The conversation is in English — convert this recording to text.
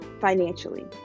financially